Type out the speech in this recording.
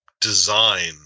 design